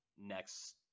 next